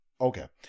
Okay